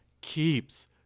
keeps